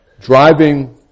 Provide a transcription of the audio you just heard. driving